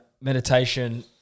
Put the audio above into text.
meditation –